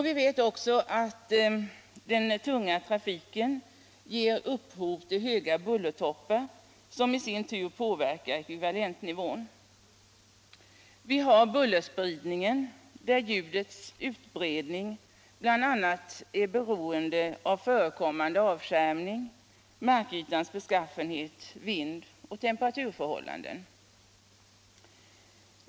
Vi vet att den tunga trafiken ger upphov till höga bullertoppar, som i sin tur påverkar ekvivalentnivån. Vi har bullerspridningen, där ljudets utbredning bl.a. är beroende av förekommande avskärmning och markytans beskaffenhet samt vind och temperaturförhållanden.